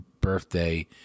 birthday